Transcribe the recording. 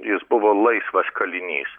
jis buvo laisvas kalinys